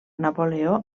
napoleó